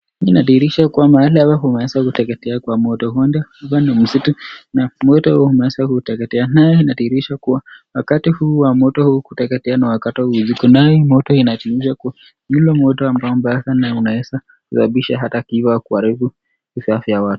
Inadhihirisha kuwa mahali hapa kumeweza kuteketea kwa moto, uenda hapa ni msitu na moto huu umeweza kuteketea. Naye inadhihirisha kuwa wakati huu wa moto huu kuteketea ni wakati wa usiku . Nayo moto inaashiria kuwa ule moto unaweza kusambabisha ata kifo au kuharibu vifaa vya watu.